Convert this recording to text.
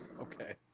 Okay